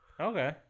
Okay